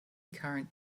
current